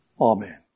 Amen